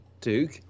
Duke